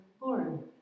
Lord